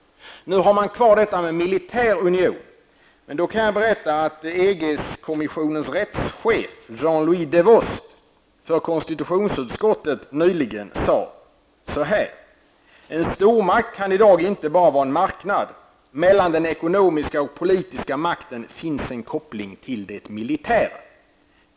Det enda som kvarstår är att det nu sägs att Sverige inte kan bli medlem om EG blir en militär union. Men jag kan berätta att EG-kommissionens rättschef Jean Louis Dewost inför konstitutionsutskottet nyligen sade: ''En stormakt kan i dag inte bara vara en marknad. -- NMellan den ekonomiska och politiska makten finns en koppling till den militära.